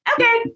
okay